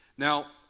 Now